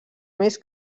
més